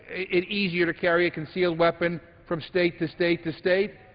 it easier to carry a concealed weapon from state to state to state.